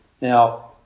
Now